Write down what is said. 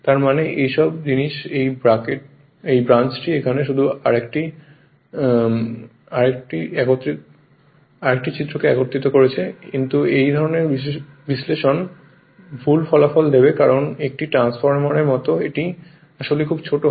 তার মানে এই সব জিনিস এই ব্রাঞ্চটি এখানে শুধু আরেকটি রেফার টাইম 4039 একত্রিত করেছে কিন্তু এই ধরনের বিশ্লেষণ ভুল ফলাফল দেবে কারণ একটি ট্রান্সফরমারের মতো এটি আসলে খুব ছোট হয়